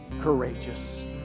courageous